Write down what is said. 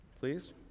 Please